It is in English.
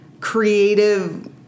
creative